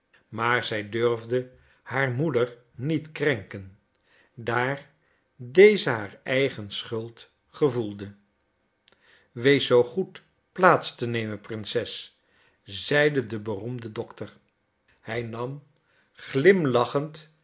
maar zij durfde haar moeder niet krenken daar deze haar eigen schuld gevoelde wees zoo goed plaats te nemen prinses zeide de beroemde dokter hij nam glimlachend